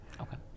Okay